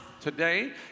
today